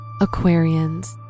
Aquarians